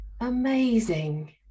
amazing